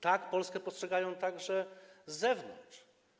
Tak Polskę postrzegają także z zewnątrz.